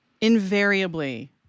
invariably